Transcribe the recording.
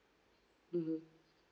mmhmm